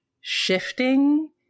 shifting